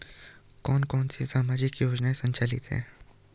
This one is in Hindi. कौन कौनसी सामाजिक योजनाएँ संचालित है?